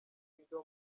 kingdom